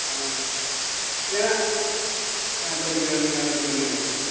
ஆ இல்லைன்னா ஆ கொஞ்சம் எங்களுக்காக கொஞ்சம் பண்ணிக் கொடுங்க சார்